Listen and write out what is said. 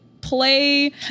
play